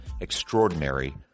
extraordinary